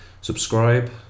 Subscribe